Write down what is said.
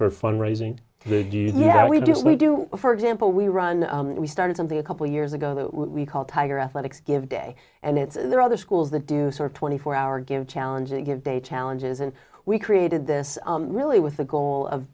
for fund raising they do yeah we do we do for example we run we started something a couple years ago that we called tiger athletics give day and it's there are other schools that do sort of twenty four hour give challenge and give dates challenges and we created this really with the goal of